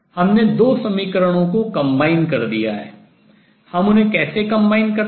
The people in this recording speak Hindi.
हमने 2 समीकरणों को combine कर जोड़ दिया है हम उन्हें कैसे combine करतें जोड़ते हैं